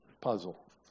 puzzle